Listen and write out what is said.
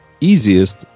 easiest